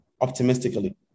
optimistically